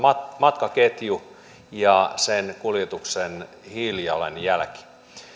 matkaketju ja sen kuljetuksen hiilijalanjälki